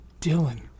Dylan